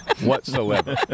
whatsoever